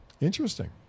Interesting